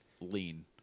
lean